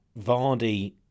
Vardy